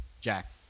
Jack